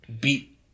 beat